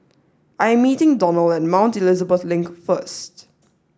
I am meeting Donal at Mount Elizabeth Link first